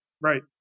Right